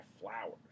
flowers